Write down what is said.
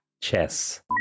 chess